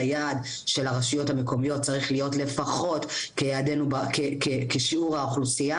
היעד של הרשויות המקומיות צריך להיות לפחות כשיעור באוכלוסייה.